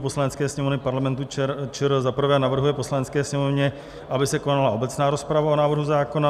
Poslanecké sněmovny Parlamentu ČR 1. navrhuje Poslanecké sněmovně, aby se konala obecná rozprava o návrhu zákona;